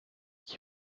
qui